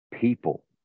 people